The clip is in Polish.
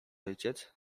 ojciec